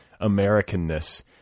Americanness